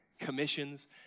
commissions